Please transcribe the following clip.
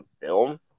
film